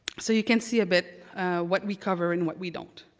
so you can see a bit what we cover and what we don't.